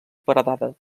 paredada